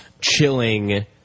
chilling